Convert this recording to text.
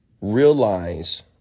realize